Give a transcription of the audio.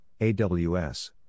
AWS